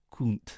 Kunt